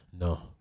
no